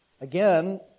Again